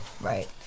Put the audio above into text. Right